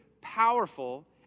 powerful